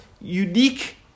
unique